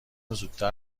زودتر